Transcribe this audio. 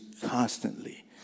constantly